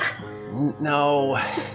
No